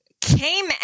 came